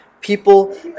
people